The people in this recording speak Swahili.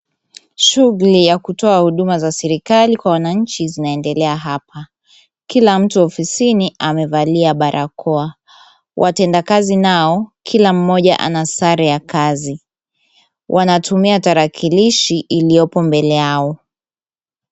Shughuli ya kutoa huduma za serikali kwa wananchi zinaendelea hapa. Kila mtu ofisini amevalia barakoa. Watendakazi nao kila mmoja ana sare ya kazi. Wanatumia tarakilishi iliyopo mbele yao.